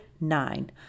nine